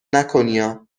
نکنیا